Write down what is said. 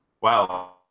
wow